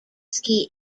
ski